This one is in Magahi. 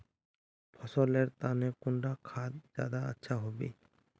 फसल लेर तने कुंडा खाद ज्यादा अच्छा हेवै?